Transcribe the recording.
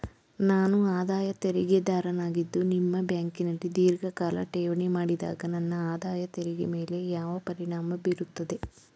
ನಾನು ಆದಾಯ ತೆರಿಗೆದಾರನಾಗಿದ್ದು ನಿಮ್ಮ ಬ್ಯಾಂಕಿನಲ್ಲಿ ಧೀರ್ಘಕಾಲ ಠೇವಣಿ ಮಾಡಿದಾಗ ನನ್ನ ಆದಾಯ ತೆರಿಗೆ ಮೇಲೆ ಯಾವ ಪರಿಣಾಮ ಬೀರುತ್ತದೆ?